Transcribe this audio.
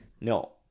No